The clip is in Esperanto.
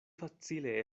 facile